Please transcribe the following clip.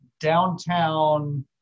downtown